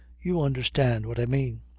you understand what i mean.